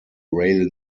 rail